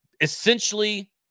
Essentially